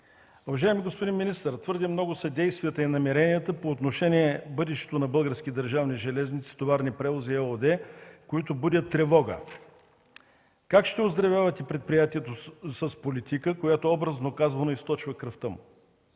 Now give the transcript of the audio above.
Уважаеми господин министър, твърде много са действията и намеренията по отношението на Български държавни железници „Товарни превози” ЕООД, които будят тревога. Как ще оздравявате предприятието с политика, която, образно казано, източва кръвта му?